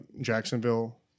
Jacksonville